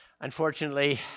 unfortunately